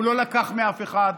הוא לא לקח מאף אחד,